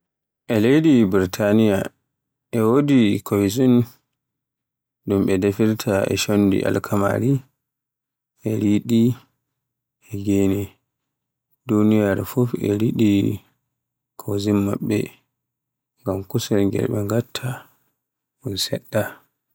E leydi Burtaniya e wodi cuisine ɗun ɓe defirta e chondi alkamaari e riɗiri e gene, duniyaaru fuf e yiɗi cuisine maɓɓe, ngam kusel ngel ɓe ngatta un seɗɗa.